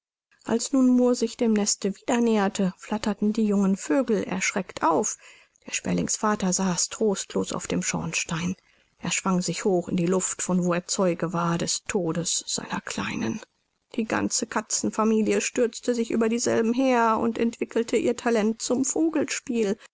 als nun murr sich dem neste wieder näherte flatterten die jungen vögel erschreckt auf der sperlings vater saß trostlos auf dem schornstein er schwang sich hoch in die luft von wo er zeuge war des todes seiner kleinen die ganze katzenfamilie stürzte sich über dieselben her und entwickelte ihr talent zum